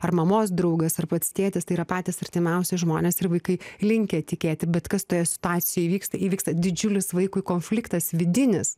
ar mamos draugas ar pats tėtis tai yra patys artimiausi žmonės ir vaikai linkę tikėti bet kas toje situacijoje įvyksta įvyksta didžiulis vaikui konfliktas vidinis